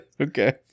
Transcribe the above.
Okay